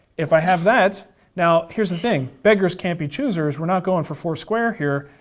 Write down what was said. if i have that now here's the thing. beggars can't be choosers. we're not going for foursquare here.